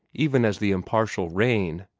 even as the impartial rain,